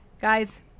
guys